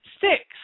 Six